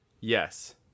Yes